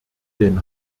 den